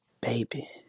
baby